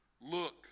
look